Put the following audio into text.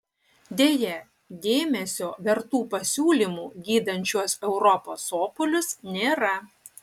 deja dėmesio vertų pasiūlymų gydant šiuos europos sopulius nėra